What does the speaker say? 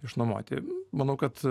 išnuomoti manau kad